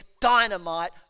dynamite